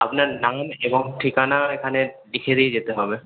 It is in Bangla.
আপনার নাম এবং ঠিকানা এখানে লিখে দিয়ে যেতে হবে